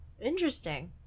Interesting